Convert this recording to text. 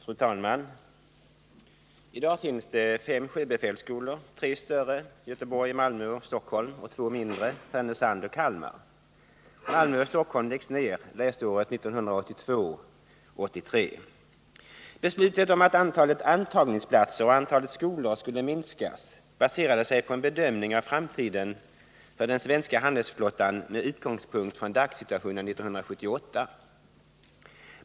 Fru talman! I dag finns fem sjöbefälsskolor — tre större, Göteborg, Malmö och Stockholm, och två mindre, Härnösand och Kalmar. Sjöbefälsskolorna i Malmö och Stockholm läggs ner läsåret 1982/83. Beslutet om att antalet antagningsplatser och antalet skolor skulle minskas baserade sig på en bedömning av framtiden för den svenska handelsflottan med utgångspunkt i dagssituationen 1978.